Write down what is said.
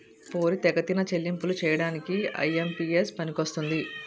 పోరితెగతిన చెల్లింపులు చేయడానికి ఐ.ఎం.పి.ఎస్ పనికొస్తుంది